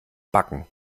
backen